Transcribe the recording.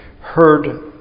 heard